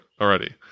already